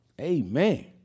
Amen